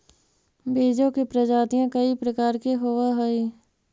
बीजों की प्रजातियां कई प्रकार के होवअ हई